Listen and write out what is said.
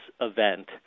event